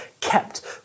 kept